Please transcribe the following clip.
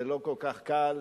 זה לא כל כך קל,